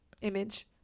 image